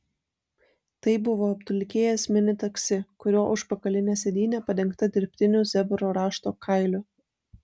tai buvo apdulkėjęs mini taksi kurio užpakalinė sėdynė padengta dirbtiniu zebro rašto kailiu